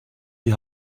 die